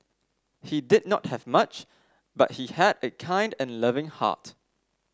he did not have much but he had a kind and loving heart